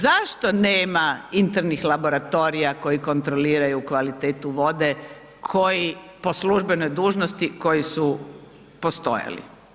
Zašto nema internih laboratorija koji kontroliraju kvalitetu vode, koji po službenoj dužnosti koji su postojali.